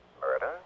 Murder